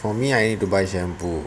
for me I need to buy shampoo